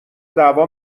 دعوا